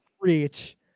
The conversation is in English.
Reach